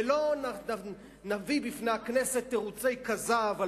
ולא נביא בפני הכנסת תירוצי כזב על